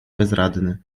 bezradny